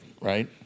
right